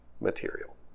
material